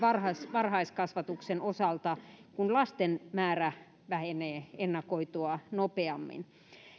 varhaiskasvatuksen osalta kun lasten määrä vähenee ennakoitua nopeammin